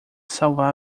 salvar